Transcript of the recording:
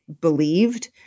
believed